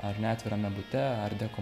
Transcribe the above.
ar ne atvirame bute art deko